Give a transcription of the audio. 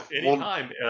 Anytime